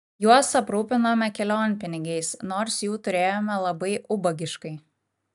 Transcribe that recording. juos aprūpinome kelionpinigiais nors jų turėjome labai ubagiškai